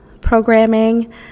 programming